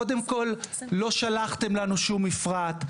קודם כול, לא שלחתם לנו שום מפרט.